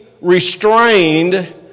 restrained